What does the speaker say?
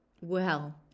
Well